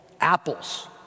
Apples